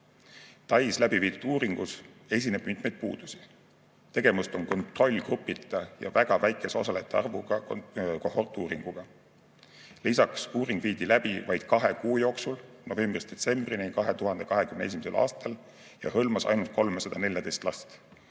Tais läbi viidud uuringus esineb mitmeid puudusi. Tegemist on kontrollgrupita ja väga väikese osalejate arvuga kohortuuringuga. Uuring viidi läbi vaid kahe kuu jooksul, novembrist detsembrini 2021. aastal, ja hõlmas ainult 314 last,